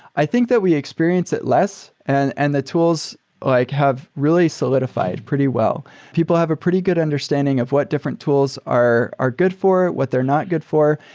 i think that we experience it less and and the tools like have really solidified pretty well. people have a pretty good understanding of what different tools are are good for, what they're not good for,